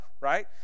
right